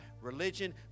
religion